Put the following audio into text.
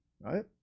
right